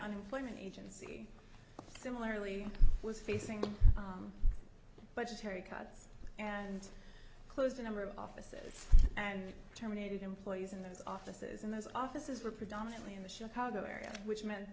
unemployment agency similarly was facing budgetary cuts and closed a number of offices and terminated employees in those offices in those offices were predominantly in the chicago area which meant